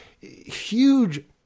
huge